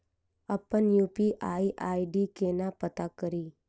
अप्पन UPI ID केना पत्ता कड़ी?